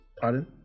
Pardon